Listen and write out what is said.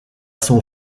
son